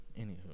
Anywho